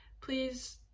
please